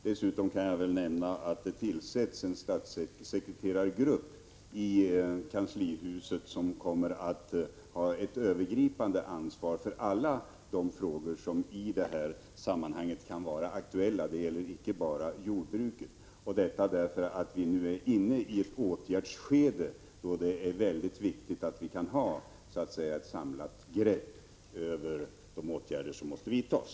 Dessutom kan jag säga att det tillsätts en statssekreterargrupp i kanslihuset som kommer att ha ett övergripande ansvar för alla de åtgärder som kan vara aktuella i det här sammanhanget — det gäller inte bara jordbruket. Detta gör vi därför att vi är inne i ett åtgärdsskede där det är viktigt att kunna ha ett samlat grepp över de åtgärder som måste vidtas.